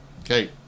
Okay